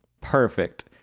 Perfect